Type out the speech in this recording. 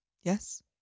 Yes